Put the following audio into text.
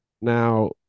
Now